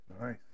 Nice